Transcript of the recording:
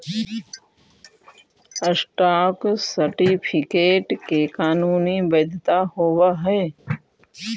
stock certificate के कानूनी वैधता होवऽ हइ